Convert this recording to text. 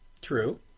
True